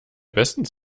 bestens